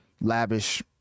lavish